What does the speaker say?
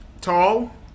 tall